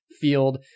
field